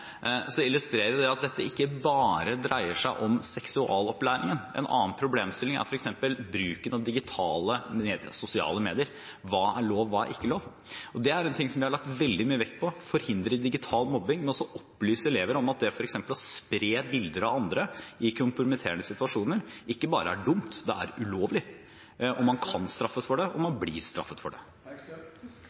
så illustrerer det at dette ikke bare dreier seg om seksualopplæringen. En annen problemstilling er f.eks. bruken av digitale, sosiale medier – hva er lov, hva er ikke lov? Det er en ting som vi har lagt veldig mye vekt på: å forhindre digital mobbing, men også opplyse elever om at f.eks. det å spre bilder av andre i kompromitterende situasjoner ikke bare er dumt, det er også ulovlig. Man kan straffes for det, og man blir straffet for det.